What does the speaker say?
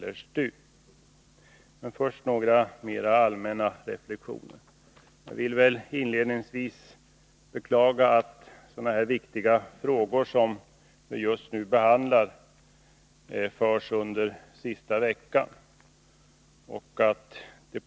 Först vill jag göra några mer allmänna reflexioner. Jag beklagar att sådana viktiga frågor som vi just nu behandlar tas upp under riksmötets sista vecka.